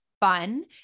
fun